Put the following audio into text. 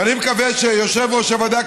אני מקווה שיושב-ראש הוועדה,